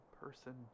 person